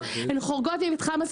לא נכון, אין אחריות.